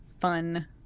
fun